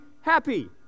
happy